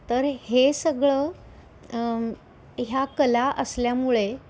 तर हे सगळं ह्या कला असल्यामुळे